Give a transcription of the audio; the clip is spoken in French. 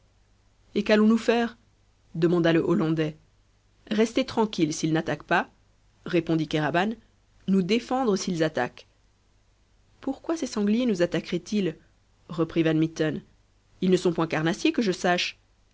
et qu'allons-nous faire demanda le hollandais rester tranquilles s'ils n'attaquent pas répondit kéraban nous défendre s'ils attaquent pourquoi ces sangliers nous attaqueraient ils reprit van mitten ils ne sont point carnassiers que je sache